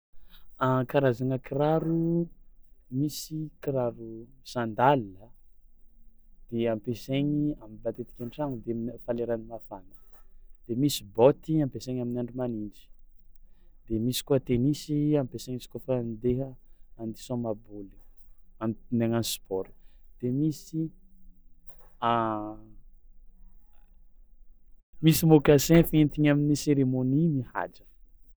A karazagna kiraro: misy kiraro sandale a de ampiasaigny am- matetiky an-tragno de amin'ny fa leran'ny mafana de misy baoty ampiasaigna amin'ny andro manintsy de misy koa tenisy ampiasaigna izy kaofa andeha andia hisaoma baoligny am- ndeha hagnano sport de misy misy mocassin fientigny amin'ny cérémonie mihaja.